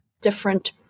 different